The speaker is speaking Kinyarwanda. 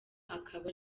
akaba